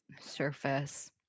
surface